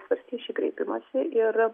svarstys šį kreipimąsi ir